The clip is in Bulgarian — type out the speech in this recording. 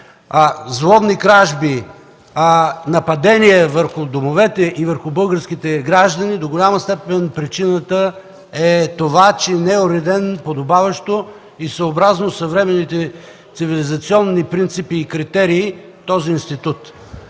взломни кражби, нападения на домовете и върху българските граждани, до голяма степен причината е в това, че не е уреден подобаващо и съобразно съвременните цивилизовани принципи и критерии този институт.